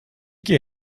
gehe